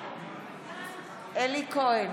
הלאה.